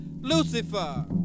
Lucifer